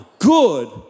good